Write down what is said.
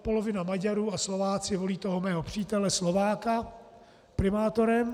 Polovina Maďarů a Slováci volí toho mého přítele Slováka primátorem.